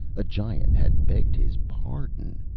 a giant had begged his pardon!